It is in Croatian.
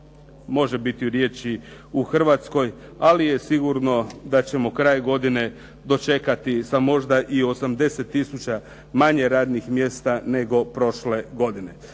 može biti riječi u Hrvatskoj. Ali je sigurno da ćemo kraj godine dočekati sa možda i 80000 manje radnih mjesta nego prošle godine.